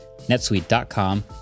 netsuite.com